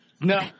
No